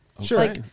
Sure